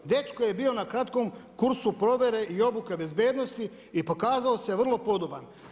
Dečko je bio na kratkom kursu provere i obuke bezbednosti i pokazao se vrlo podoban.